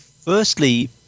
Firstly